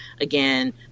again